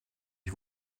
ich